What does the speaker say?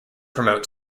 promote